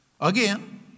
Again